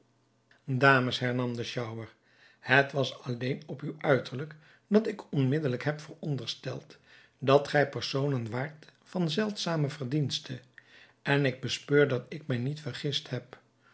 dames hernam de sjouwer het was alleen op uw uiterlijk dat ik onmiddelijk heb verondersteld dat gij personen waart van zeldzame verdienste en ik bespeur dat ik mij niet vergist heb